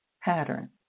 pattern